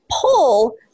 pull